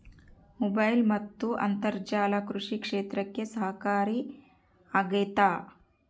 Mobile ಮತ್ತು ಅಂತರ್ಜಾಲ ಕೃಷಿ ಕ್ಷೇತ್ರಕ್ಕೆ ಸಹಕಾರಿ ಆಗ್ತೈತಾ?